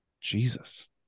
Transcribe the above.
Jesus